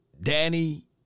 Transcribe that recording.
Danny